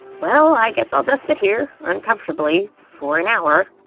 well, i guess it'll just sit here uncomfortably for an hour.